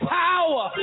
power